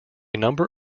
number